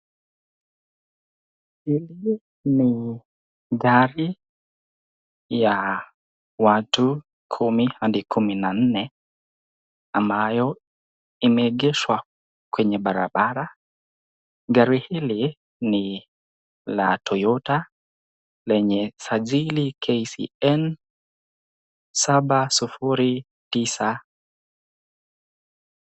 Hili ni gari ya watu kumi hadi kumi na nne ambayo imeegeshwa kwenye barabara. Gari hili ni la Toyota lenye sajili KCN 709.